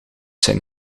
zijn